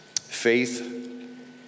faith